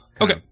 Okay